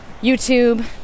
YouTube